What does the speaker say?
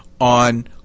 on